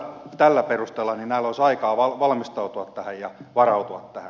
tällä perusteella näillä olisi aikaa valmistautua ja varautua tähän